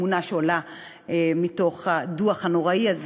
התמונה שעולה מתוך הדוח הנוראי הזה.